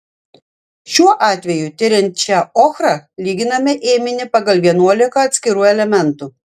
šiuo atveju tiriant šią ochrą lyginame ėminį pagal vienuolika atskirų elementų